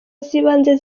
z’ibanze